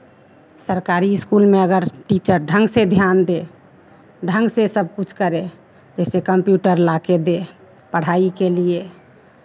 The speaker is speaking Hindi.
सरकारी स्कूल में अगर टीचर ढंग से ध्यान दे ढंग से सब कुछ करे जैसे कंप्यूटर ला कर दे पढ़ाई के लिए